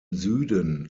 süden